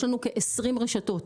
יש לנו כ-20 רשתות,